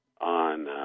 on